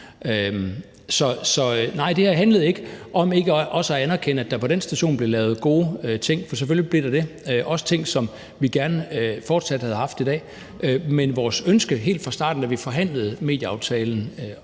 Så nej, det her handlede ikke om ikke også at anerkende, at der på den station også blev lavet gode ting, for selvfølgelig blev der det. Også ting, som vi gerne fortsat havde haft i dag. Men vores ønske helt fra starten af, da vi forhandlede medieaftalen